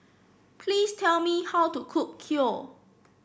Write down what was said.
please tell me how to cook Kheer